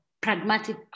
pragmatic